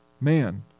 man